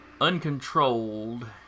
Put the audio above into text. Uncontrolled